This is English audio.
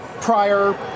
prior